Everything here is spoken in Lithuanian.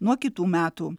nuo kitų metų